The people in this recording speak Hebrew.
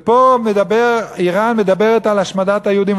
ופה איראן מדברת על השמדת היהודים,